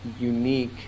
unique